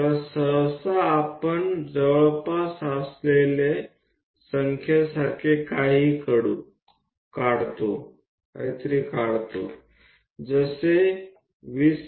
તો સામાન્ય રીતે આપણે કંઈક નજીકનો આંકડો કંઈક 20 cm ની લીટી જેવું દોરીએ